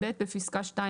(ב) בפסקה (2),